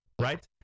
Right